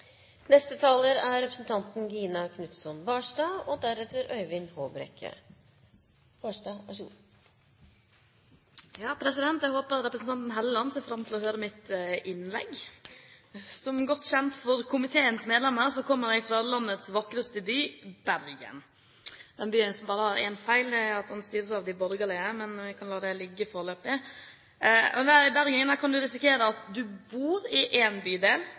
Jeg håper at representanten Hofstad Helleland ser fram til å høre mitt innlegg. Som godt kjent for komiteens medlemmer kommer jeg fra landets vakreste by, Bergen – den byen som bare har én feil, at den styres av de borgerlige. Men vi kan la det ligge foreløpig. Når en er i Bergen, kan en risikere at en bor i én bydel, jobber i en annen bydel